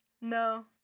no